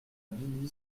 billy